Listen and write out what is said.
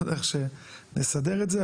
לא יודע איך שנסדר את זה,